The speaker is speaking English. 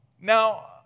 Now